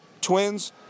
Twins